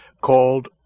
called